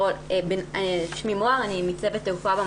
מי מספק לו את התג?